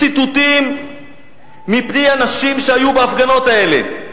ציטוטים מפי אנשים שהיו בהפגנות האלה.